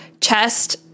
chest